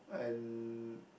and